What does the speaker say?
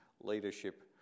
Leadership